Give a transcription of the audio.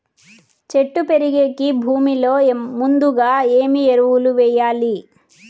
చెట్టు పెరిగేకి భూమిలో ముందుగా ఏమి ఎరువులు వేయాలి?